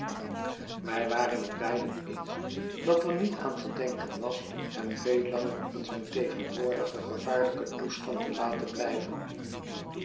wij waren net beiden eens dat er niet aan te denken was hem veel langer in zijn tegenwoordigen gevaarlijken toestand te laten blijven